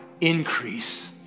increase